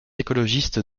écologistes